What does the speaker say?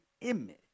image